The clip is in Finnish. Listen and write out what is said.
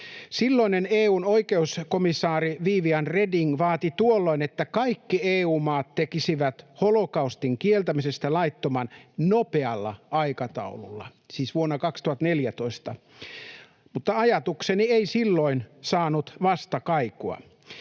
Silloinen EU:n oikeuskomissaari Viviane Reding vaati tuolloin, että kaikki EU-maat tekisivät holokaustin kieltämisestä laittoman nopealla aikataululla, siis vuonna 2014. Mutta ajatukseni ei silloin saanut vastakaikua.